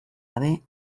gabe